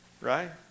Right